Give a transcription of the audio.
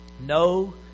no